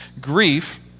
grief